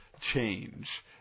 change